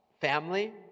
Family